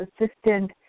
assistant